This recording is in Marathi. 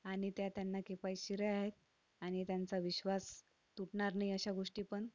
आणि त्या त्यांना किफायतशीरही आहेत आणि त्यांचा विश्वास तुटणार नाही अशा गोष्टीपण